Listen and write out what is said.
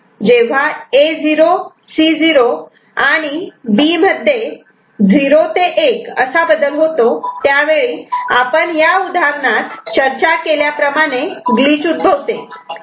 जेव्हा A 0 C 0 आणि B मध्ये '0 ते 1' असा बदल होतो त्यावेळी आपण या उदाहरणात चर्चा केल्याप्रमाणे ग्लिच उद्भवते